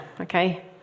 Okay